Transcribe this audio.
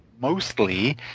mostly